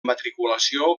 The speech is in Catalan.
matriculació